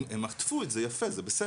עם עטפו את זה יפה, זה בסדר.